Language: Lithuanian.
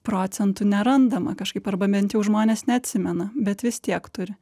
procentų nerandama kažkaip arba bent jau žmonės neatsimena bet vis tiek turi